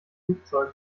flugzeugen